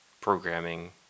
programming